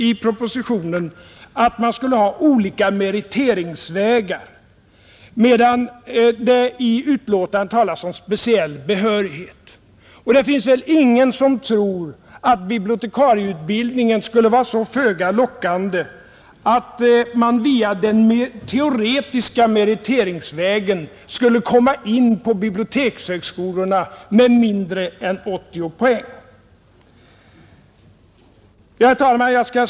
I propositionen föreslog vi att man skulle ha olika meriteringsvägar, medan det i betänkandet talas om speciell behörighet. Det finns väl ingen som tror att bibliotekarieutbildningen skulle vara så föga lockande att man via den teoretiska meriteringsvägen skulle komma in på bibliotekshögskolorna med mindre än 80 poäng. Herr talman!